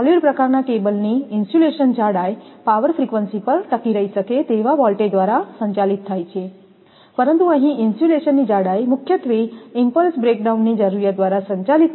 solid પ્રકારનાં કેબલની insulation જાડાઈ પાવર ફ્રીકવંશી પર ટકી રહી શકે તેવા વોલ્ટેજ દ્વારા સંચાલિત થાય છે પરંતુ અહીં ઇન્સ્યુલેશનની જાડાઈ મુખ્યત્વે ઈમપલ્સ બ્રેકડાઉનની જરૂરિયાત દ્વારા સંચાલિત થાય છે